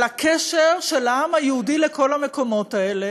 הקשר של העם היהודי לכל המקומות האלה.